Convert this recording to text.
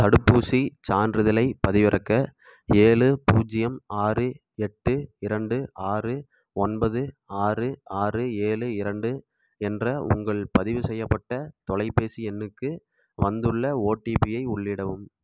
தடுப்பூசிச் சான்றிதழைப் பதிவிறக்க ஏழு பூஜ்ஜியம் ஆறு எட்டு இரண்டு ஆறு ஒன்பது ஆறு ஆறு ஏழு இரண்டு என்ற உங்கள் பதிவு செய்யப்பட்ட தொலைபேசி எண்ணுக்கு வந்துள்ள ஓடிபியை உள்ளிடவும்